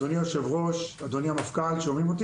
אדוני היושב-ראש, אדוני המפכ"ל, ראשית